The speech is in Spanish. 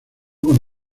con